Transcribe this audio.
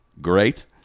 great